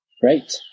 Great